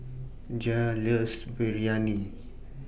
Jair loves Biryani